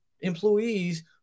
employees